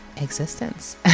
existence